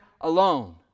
alone